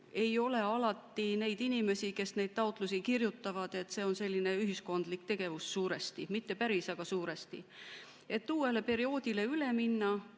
ei ole alati neid inimesi, kes neid taotlusi kirjutavad. See on selline ühiskondlik tegevus suuresti. Mitte päris, aga suuresti. Et uuele perioodile üle minna,